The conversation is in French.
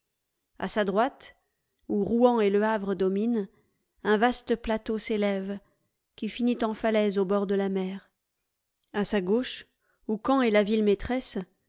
a sa droite où rouen et le havre dominent un vaste plateau s'élève qui finit en falaise au bord de la mer à sa gauche où caen est la ville maîtresse